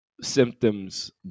symptoms